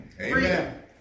Amen